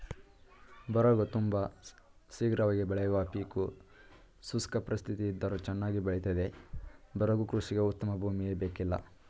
ಬರಗು ತುಂಬ ಶೀಘ್ರವಾಗಿ ಬೆಳೆಯುವ ಪೀಕು ಶುಷ್ಕ ಪರಿಸ್ಥಿತಿಯಿದ್ದರೂ ಚನ್ನಾಗಿ ಬೆಳಿತದೆ ಬರಗು ಕೃಷಿಗೆ ಉತ್ತಮ ಭೂಮಿಯೇ ಬೇಕಿಲ್ಲ